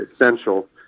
essential